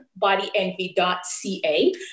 bodyenvy.ca